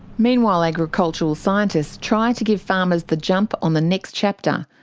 meanwhile agricultural scientists try to give farmers the jump on the next chapter.